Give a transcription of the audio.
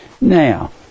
Now